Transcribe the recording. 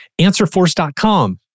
answerforce.com